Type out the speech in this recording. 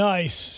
Nice